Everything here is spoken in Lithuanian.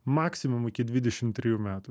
maksimum iki dvidešim trijų metų